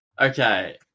okay